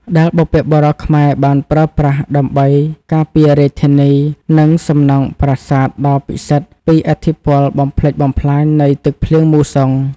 ដែលបុព្វបុរសខ្មែរបានប្រើប្រាស់ដើម្បីការពាររាជធានី និងសំណង់ប្រាសាទដ៏ពិសិដ្ឋពីឥទ្ធិពលបំផ្លិចបំផ្លាញនៃទឹកភ្លៀងមូសុង។